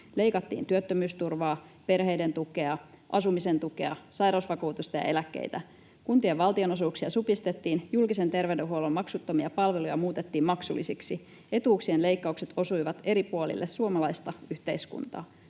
Leikattiin työttömyysturvaa, perheiden tukea, asumisen tukea, sairausvakuutusta ja eläkkeitä, kuntien valtionosuuksia supistettiin, julkisen terveydenhuollon maksuttomia palveluja muutettiin maksullisiksi, etuuksien leikkaukset osuivat eri puolille suomalaista yhteiskuntaa.